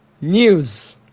news